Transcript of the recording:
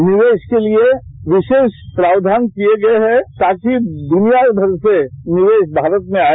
निवेश के लिए विशेष प्रावधान किये गये हैं ताकि दुनियाभर से निवेश भारत में आए